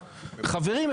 חברים,